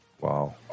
Wow